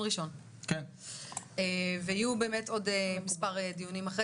ראשון ויהיו באמת עוד מספר דיונים אחרי